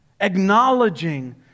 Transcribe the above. acknowledging